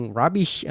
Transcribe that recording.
rubbish